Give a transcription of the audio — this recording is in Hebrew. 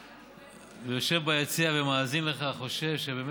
יושב ביציע ומאזין לך, חושב שבאמת,